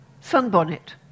sunbonnet